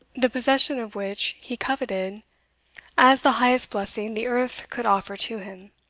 the possession of which he coveted as the highest blessing the earth could offer to him.